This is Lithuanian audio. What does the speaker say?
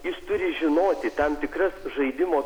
jis turi žinoti tam tikras žaidimo